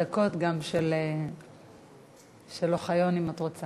יש לך גם הדקות של אוחיון, אם את רוצה.